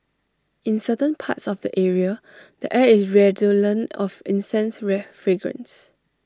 in certain parts of the area the air is redolent of incense fragrance